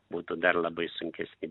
būtų dar labai sunkesni